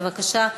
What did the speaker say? בבקשה.